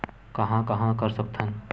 कहां कहां कर सकथन?